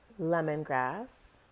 lemongrass